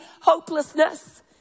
hopelessness